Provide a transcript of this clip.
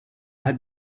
had